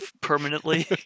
permanently